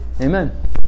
Amen